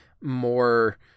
more